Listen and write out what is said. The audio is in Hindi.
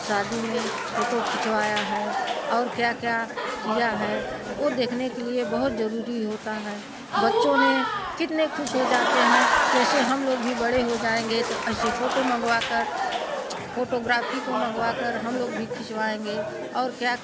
शादी में फ़ोटो खिंचवाया है और क्या क्या किया है ओ देखने के लिए बहुत ज़रूरी होता है बच्चों ने कितने ख़ुश हो जाते हैं कैसे हम लोग भी बड़े हो जाएँगे तो ऐसे फ़ोटो मंगवाकर फ़ोटोग्राफ़ी को मंगवाकर हम लोग भी खिंचवाएंगे और क्या